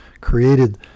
created